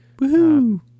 woohoo